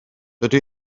dydw